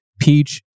Peach